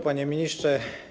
Panie Ministrze!